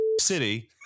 City